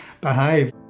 behave